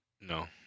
No